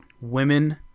women